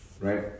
right